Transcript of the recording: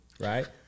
Right